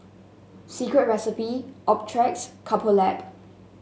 Secret Recipe Optrex Couple Lab